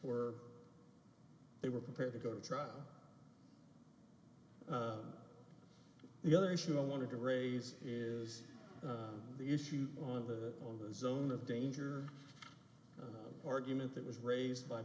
were they were prepared to go to trial the other issue i want to raise is the issue on the on the zone of danger argument that was raised by